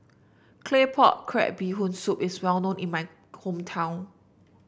Claypot Crab Bee Hoon Soup is well known in my hometown